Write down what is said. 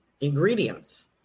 ingredients